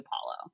Apollo